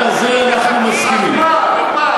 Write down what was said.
כי יש עוד דברים חשובים.